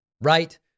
right